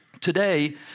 Today